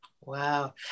Wow